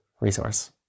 resource